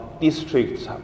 districts